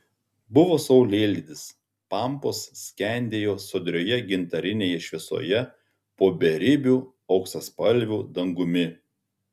buvo saulėlydis pampos skendėjo sodrioje gintarinėje šviesoje po beribiu auksaspalviu dangumi